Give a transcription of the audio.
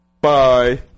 Bye